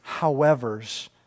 howevers